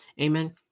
amen